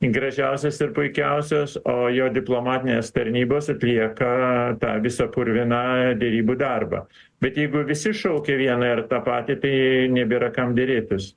gražiausias ir puikiausias o jo diplomatinės tarnybos atlieka tą visą purviną derybų darbą bet jeigu visi šaukia vieną ir tą patį tai nebėra kam derėtis